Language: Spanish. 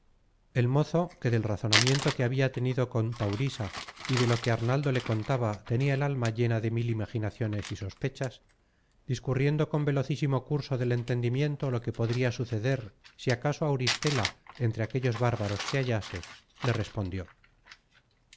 el mozo que del razonamiento que habia tenido con taurisa y de lo que arnaldo le contaba tenia el alma llena de mil imaginaciones y sospechas discurriendo con velocísimo curso del entendimiento lo que podria suceder si acaso auristela entre aquellos bárbaros se hallase le respondió